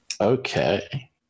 Okay